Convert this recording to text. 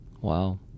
Wow